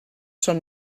són